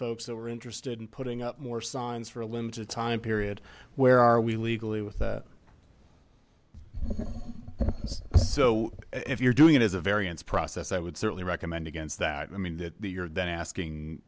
folks that were interested in putting up more signs for a limited time period where are we legally with yes so if you're doing it as a variance process i would certainly recommend against that i mean that you're then asking